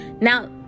Now